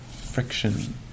friction